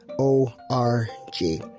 o-r-g